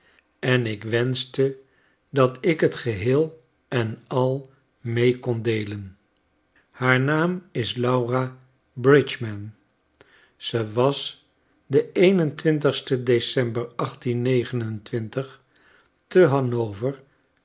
en ik wenschte dat ik het geheel en al mee kon deelen haar naam is laura bridgman ze was den een en twintigsten december te